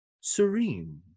serene